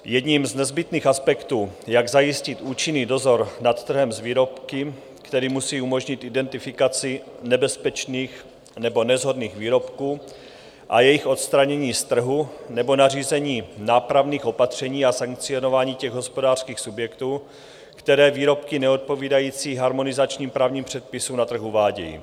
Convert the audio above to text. Jedním z nezbytných aspektů, jak zajistit účinný dozor nad trhem s výrobky, který musí umožnit identifikaci nebezpečných nebo neshodných výrobků a jejich odstranění z trhu nebo nařízení nápravných opatření a sankcionování těch hospodářských subjektů, které výrobky neodpovídající harmonizačním právním předpisům na trh uvádějí.